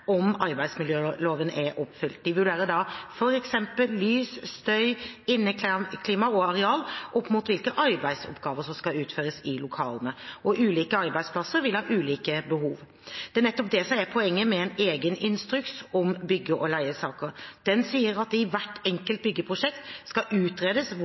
om arbeidsmiljøloven er oppfylt. De vurderer da f.eks. lys, støy, inneklima og areal opp mot hvilke arbeidsoppgaver som skal utføres i lokalene. Ulike arbeidsplasser vil ha ulike behov. Det er nettopp det som er poenget med en egen instruks om bygge- og leiesaker. Den sier at det i hvert enkelt byggeprosjekt skal utredes